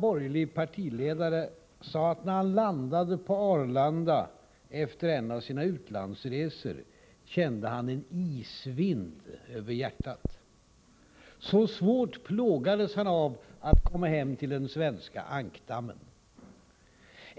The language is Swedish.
borgerlig partiledare skrev nyligen att när han landade på Arlanda efter en av sina många utlandsresor kände han en ”isvind över hjärtat”. Så svårt plågades han av att komma hem till den svenska ”ankdammen”.